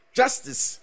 justice